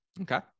Okay